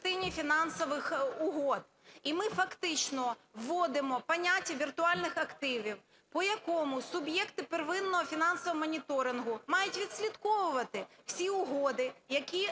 поняття віртуальних активів, по якому суб'єкти первинного фінансового моніторингу мають відслідковувати всі угоди, які можуть